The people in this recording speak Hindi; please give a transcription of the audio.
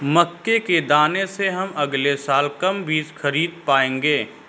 मक्के के दाने से हम अगले साल कम बीज खरीद पाएंगे